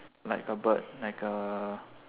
like a bird like a